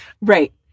Right